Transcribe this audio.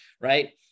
right